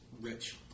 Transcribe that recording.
rich